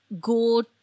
go